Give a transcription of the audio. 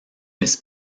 this